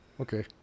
okay